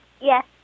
Yes